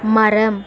மரம்